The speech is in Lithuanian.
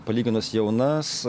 palyginus jaunas